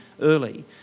early